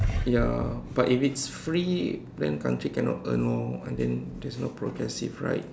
ya but if it's free then country cannot earn lor and then there's no progressive right